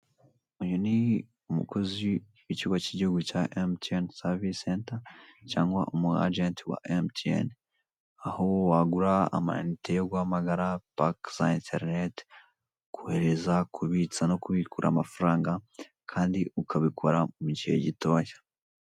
Uyu ni umukozi w'ikigo cy'igihugu cya emutiyeni savisi senta, cyangwa umu ajenti wa emutiyeni. Aho wagura amayinite yo guhamagara, pake za enterinete, kohereza, kubitsa, no kubikura amafaranga, kandi ukabikora mu gihe gitoya.